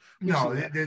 No